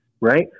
Right